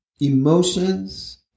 emotions